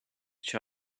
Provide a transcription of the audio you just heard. each